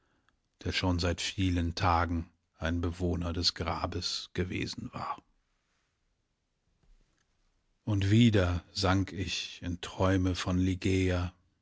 der schon seit vielen tagen ein bewohner des grabes gewesen war und wieder sank ich in träume von ligeia